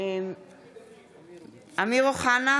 אמיר אוחנה,